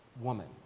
woman